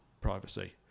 privacy